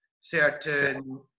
certain